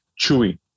Chewy